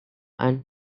and